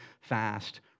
fast